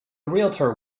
realtor